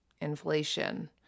inflation